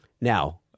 Now